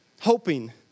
hoping